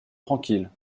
tranquille